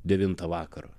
devintą vakaro